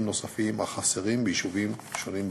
נוספים החסרים ביישובים שונים בארץ.